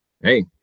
hey